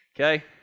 Okay